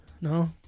No